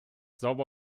sauber